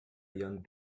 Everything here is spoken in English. young